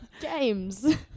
games